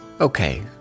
Okay